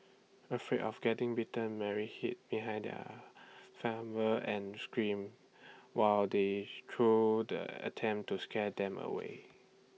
afraid of getting bitten Mary hid behind her and screamed while they threw the an attempt to scare them away